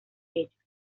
hechos